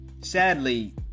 sadly